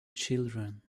children